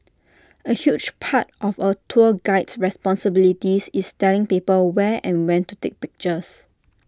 A huge part of A tour guide's responsibilities is telling people where and when to take pictures